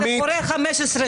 עמית --- זה קורה 15 שנה.